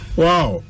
wow